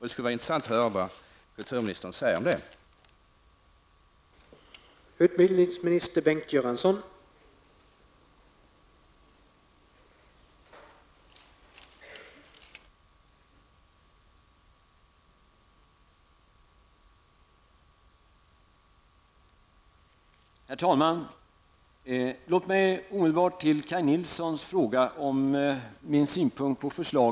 Det vore intressant att höra kulturministerns syn på detta förslag.